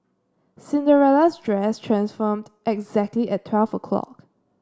Cinderella's dress transformed exactly at twelve o'clock